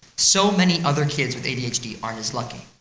so many other kids with adhd aren't as lucky.